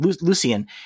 Lucian